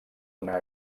una